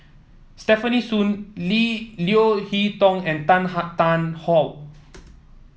Stefanie Soon Lee Leo Hee Tong and Tan Tarn How